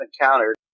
encountered